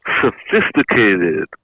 Sophisticated